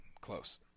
Close